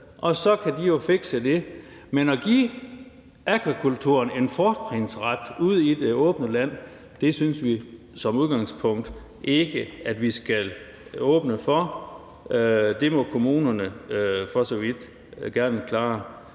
og så kan de jo fikse det. Men at give akvakulturen en fortrinsret ude i det åbne land synes vi som udgangspunkt ikke at vi skal åbne for. Det må kommunerne for så vidt gerne klare,